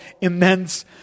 immense